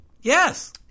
yes